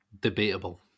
Debatable